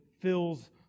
fills